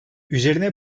üzerine